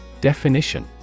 Definition